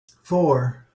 four